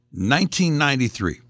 1993